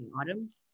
Autumn